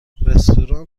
رستوران